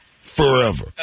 forever